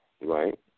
Right